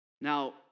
Now